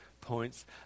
points